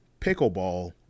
pickleball